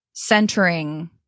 Centering